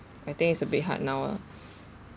I think it's a bit hard now ah